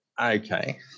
okay